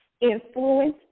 influence